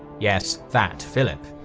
yes. that philip.